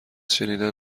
شنیدن